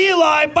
Eli